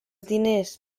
diners